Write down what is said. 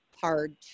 hard